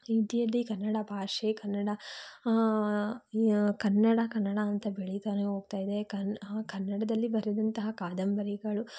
ರೀತಿಯಲ್ಲಿ ಕನ್ನಡ ಭಾಷೆ ಕನ್ನಡ ಕನ್ನಡ ಕನ್ನಡ ಅಂತ ಬೆಳಿತಾನೆ ಹೋಗ್ತಾ ಇದೆ ಕನ್ನಡ ಕನ್ನಡದಲ್ಲಿ ಬರೆದಂತಹ ಕಾದಂಬರಿಗಳು